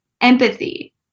empathy